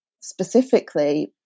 specifically